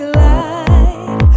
light